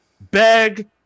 beg